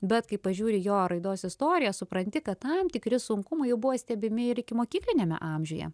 bet kai pažiūri jo raidos istoriją supranti kad tam tikri sunkumai jau buvo stebimi ir ikimokykliniame amžiuje